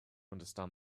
understand